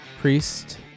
Priest